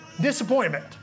Disappointment